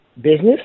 business